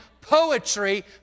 poetry